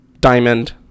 diamond